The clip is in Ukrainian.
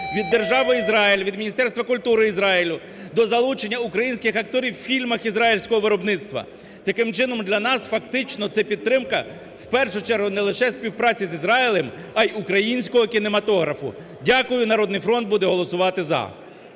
від Держави Ізраїль, від Міністерства культури Ізраїлю до залучення українських акторів в фільмах ізраїльського виробництва. Таким чином, для нас фактично це підтримка, в першу чергу, не лише співпраці з Ізраїлем, а й українського кінематографу. Дякую. "Народний фронт" буде голосувати "за".